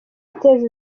yateje